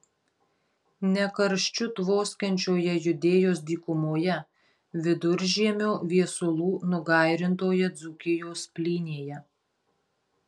ne karščiu tvoskiančioje judėjos dykumoje viduržiemio viesulų nugairintoje dzūkijos plynėje